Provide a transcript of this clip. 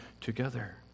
together